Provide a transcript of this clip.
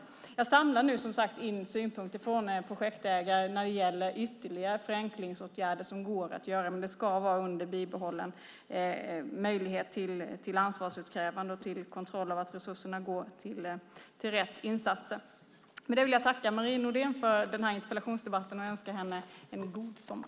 Jag samlar nu som sagt in synpunkter från projektägare när det gäller ytterligare förenklingsåtgärder som går att vidta, men det ska vara under bibehållen möjlighet till ansvarsutkrävande och kontroll av att resurserna går till rätt insatser. Jag tackar Marie Nordén för interpellationsdebatten och önskar henne en god sommar!